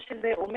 זה אומר